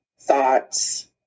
thoughts